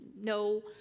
no